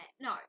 no